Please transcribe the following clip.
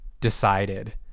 decided